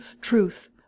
truth